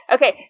Okay